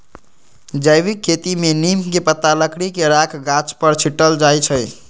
जैविक खेती में नीम के पत्ता, लकड़ी के राख गाछ पर छिट्ल जाइ छै